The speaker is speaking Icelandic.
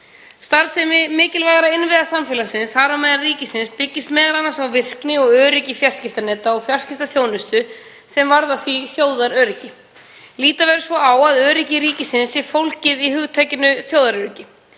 Starfsemi mikilvægra innviða samfélagsins, þar á meðal ríkisins, byggist m.a. á virkni og öryggi fjarskiptaneta og fjarskiptaþjónustu sem varða því þjóðaröryggi. Líta verður svo á að öryggi ríkisins sé fólgið í hugtakinu þjóðaröryggi.